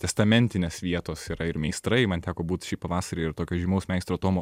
testamentinės vietos yra ir meistrai man teko būt šį pavasarį ir tokio žymaus meistro tomo